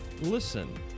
listen